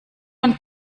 und